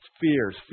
Fears